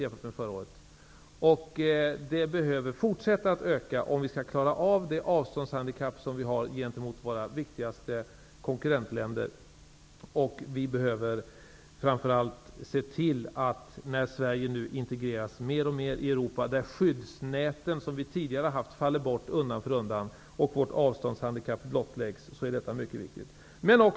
Den behöver att fortsätta att öka om vi skall kunna klara av det avståndshandikapp som vi har gentemot mot våra viktigaste konkurrentländer. Detta är mycket viktigt nu när Sverige mer och mer integreras med Europa, de skyddsnät som vi tidigare haft undan för undan faller bort och vårt avståndshandikapp ökar.